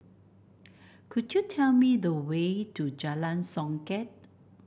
could you tell me the way to Jalan Songket